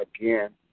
again